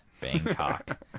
Bangkok